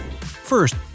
First